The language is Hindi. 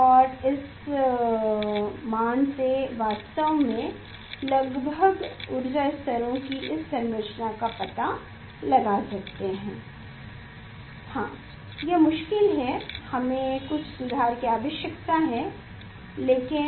और इस मान से वास्तव में लगभग ऊर्जा स्तरों की इस संरचना का पता लगा सकते हैं हाँ यह मुश्किल है हमें कुछ सुधार की आवश्यकता है लेकिन